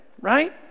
right